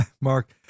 Mark